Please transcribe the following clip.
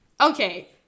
Okay